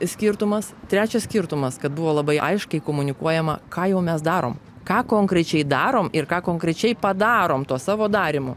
skirtumas trečias skirtumas kad buvo labai aiškiai komunikuojama ką jau mes darom ką konkrečiai darom ir ką konkrečiai padarom tuo savo darymu